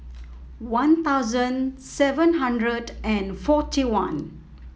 One Thousand seven hundred and forty one